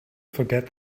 forget